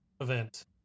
event